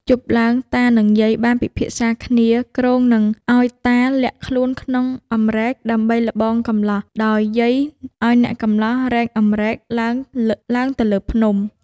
យប់ឡើង តានិងយាយបានពិភាក្សាគ្នា គ្រោងនឹងឱ្យតាលាក់ខ្លួនក្នុងអំរែក ដើម្បីល្បងកម្លោះ ដោយយាយឱ្យអ្នកកម្លោះនោះរែកអំរែកឡើងទៅលើភ្នំ។